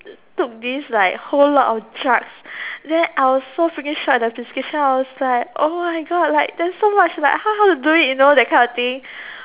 took this like whole lot of drugs then I was so freaking shocked at the prescription I was like oh my god like there's so much like hpw how to do it you know that kind of thing